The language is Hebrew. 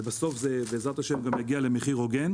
ובסוף, בעזרת השם, זה יגיע למחיר הוגן